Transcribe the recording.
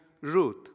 Ruth